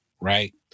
right